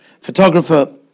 photographer